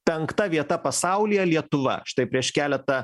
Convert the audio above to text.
penkta vieta pasaulyje lietuva štai prieš keleta